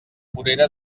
vorera